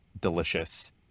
delicious